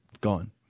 Gone